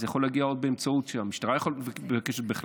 הוא יכול להגיע מפני שהמשטרה מבקשת,